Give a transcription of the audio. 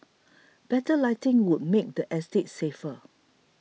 better lighting would make the estate safer